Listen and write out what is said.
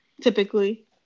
typically